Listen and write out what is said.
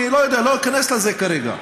אני לא יודע, לא אכנס לזה כרגע.